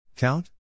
Count